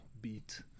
beat